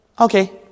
Okay